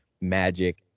magic